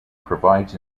provides